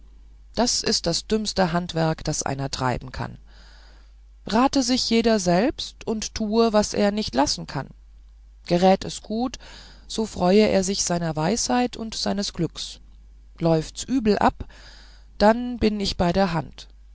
das ist das dümmste handwerk das einer treiben kann rate sich jeder selbst und tue was er nicht lassen kann gerät es gut so freue er sich seiner weisheit und seines glücks läufts übel ab dann bin ich bei der hand